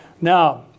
Now